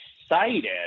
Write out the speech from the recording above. excited